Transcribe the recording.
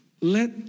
let